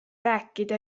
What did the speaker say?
rääkida